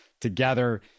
together